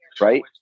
right